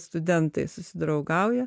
studentai susidraugauja